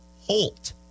Holt